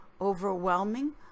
overwhelming